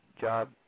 job